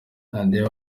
radio